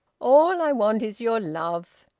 all i want is your love.